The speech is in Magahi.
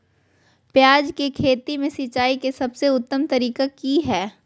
प्याज के खेती में सिंचाई के सबसे उत्तम तरीका की है?